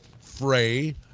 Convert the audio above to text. fray